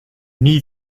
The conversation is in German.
nie